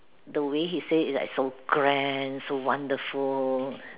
the way he say it is like so grand so wonderful